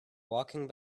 walking